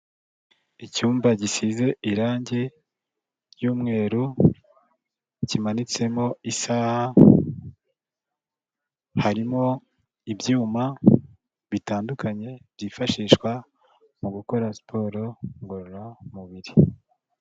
Icyumba gisize irange ry'umweru, kimanitsemo isaha, harimo ibyuma bitandukanye byifashishwa mu gukora siporo ngororamubiri.